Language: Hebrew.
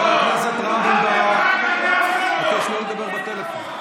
חבר הכנסת רם בן ברק, אני מבקש לא לדבר בטלפון.